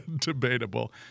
Debatable